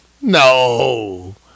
No